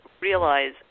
realize